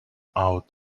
out